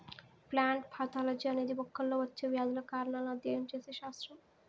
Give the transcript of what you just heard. plant pathology అనేది మొక్కల్లో వచ్చే వ్యాధుల కారణాలను అధ్యయనం చేసే శాస్త్రం